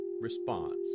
response